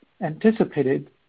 anticipated